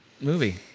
movie